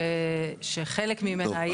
שחלק ממנה היה --- טוב,